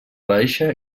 baixa